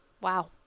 Wow